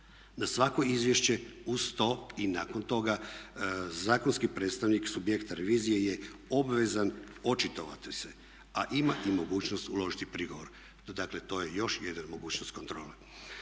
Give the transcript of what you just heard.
Na svako izvješće uz to i nakon toga zakonski predstavnik subjekta revizije je obvezan očitovati se, a ima i mogućnost uložiti prigovor. Dakle, to je još jedna mogućnost kontrole.